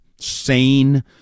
sane